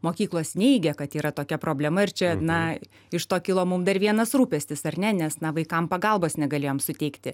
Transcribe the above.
mokyklos neigia kad yra tokia problema ir čia na iš to kilo mum dar vienas rūpestis ar ne nes na vaikam pagalbos negalėjom suteikti